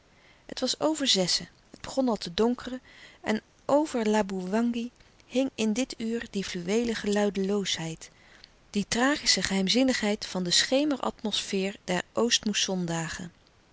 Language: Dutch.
het was over zessen het begon al te donkeren en over laboewangi hing in dit uur die fluweelen geluideloosheid die tragische geheimzinnigheid van den schemeratmosfeer der oostmoussondagen